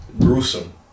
gruesome